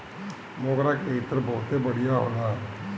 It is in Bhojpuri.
मोगरा के इत्र बहुते बढ़िया होला